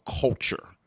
culture